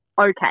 okay